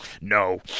no